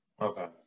Okay